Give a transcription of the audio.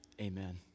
Amen